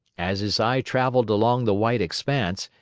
as his eye traveled along the white expanse,